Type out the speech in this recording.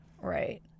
Right